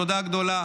תודה גדולה.